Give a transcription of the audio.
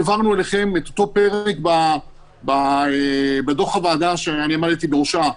העברנו אליכם את אותו פרק בדוח הוועדה שעמדתי בראשה,